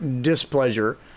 displeasure